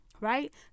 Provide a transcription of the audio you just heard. right